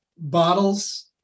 Bottles